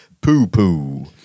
Poo-poo